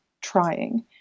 trying